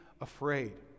afraid